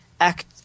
act